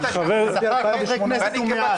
השכר של חברי כנסת הוא מעל.